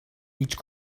each